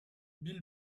bill